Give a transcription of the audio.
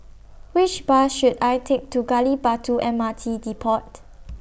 Which Bus should I Take to Gali Batu M R T Depot